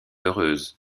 heureuse